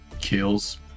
kills